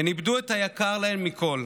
הן איבדו את היקר להן מכול.